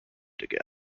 again